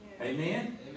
Amen